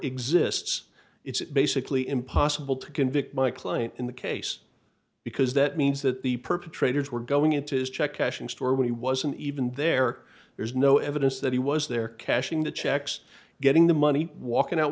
exists it's basically impossible to convict my client in the case because that means that the perpetrators were going into his check cashing store when he wasn't even there there's no evidence that he was there cashing the checks getting the money walking out